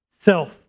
Self